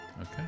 Okay